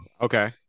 Okay